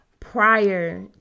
prior